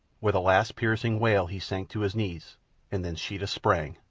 with a last piercing wail he sank to his knees and then sheeta sprang.